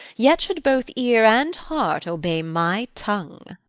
yet should both ear and heart obey my tongue.